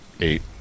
eight